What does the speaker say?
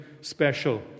special